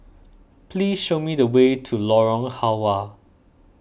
please show me the way to Lorong Halwa